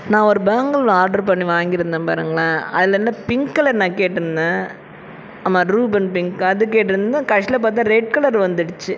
நான் ஒரு bangle order பண்ணி வாங்கியிருந்தேன் பாருங்களேன் அதில் என்ன பிங்க் கலர் நான் கேட்டிருந்தேன் ஆமாம் ரூபன் பிங்க் அது கேட்டிருந்தேன் கடைசில பார்த்தா ரெட் கலர் வந்துடுச்சு